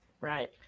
Right